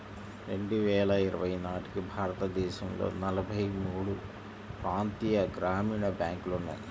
రెండు వేల ఇరవై నాటికి భారతదేశంలో నలభై మూడు ప్రాంతీయ గ్రామీణ బ్యాంకులు ఉన్నాయి